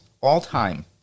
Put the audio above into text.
All-time